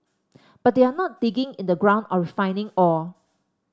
but they're not digging in the ground or refining ore